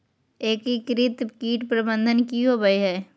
एकीकृत कीट प्रबंधन की होवय हैय?